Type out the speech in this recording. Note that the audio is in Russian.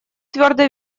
твердо